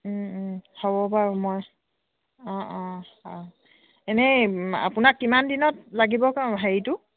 হ'ব বাৰু মই অঁ অঁ অঁ এনেই আপোনাক কিমান দিনত লাগিব আকৌ হেৰিটো